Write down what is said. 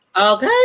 Okay